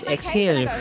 Exhale